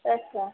yes sir